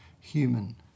Human